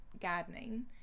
gardening